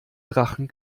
drachen